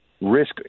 risk